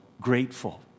grateful